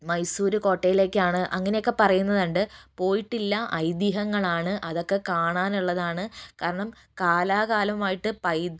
മൈസൂര് കോട്ടയിലേക്കാണ് അങ്ങനെയൊക്കെ പറയുന്നതുണ്ട് പോയിട്ടില്ല ഐതീഹങ്ങളാണ് അതൊക്കെ കാണാന് ഉള്ളതാണ് കാരണം കാലാകാലമായിട്ട്